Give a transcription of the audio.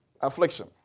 affliction